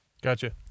Gotcha